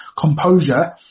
composure